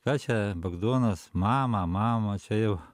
ką čia bagdonas mamą mamos čia jau